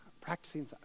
practicing